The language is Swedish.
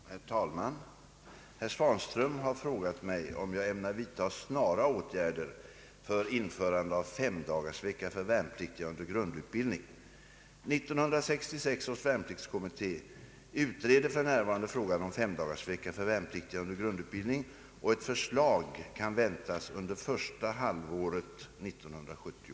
Herr talman! Herr Svanström har frågat mig om jag ämnar vidta snara åtgärder för införande av femdagarsvecka för värnpliktiga under grundutbildning. 1966 års värnpliktskommitté utreder för närvarande frågan om 5-dagarsvecka för värnpliktiga under grundutbildning, och ett förslag kan väntas under första halvåret 1970.